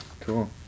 cool